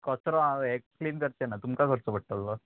कचरो हांव हे क्लीन करचे ना तुमकां करचो पडटलो